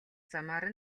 замаар